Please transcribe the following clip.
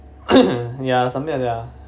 ya something like that ah